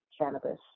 cannabis